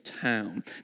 town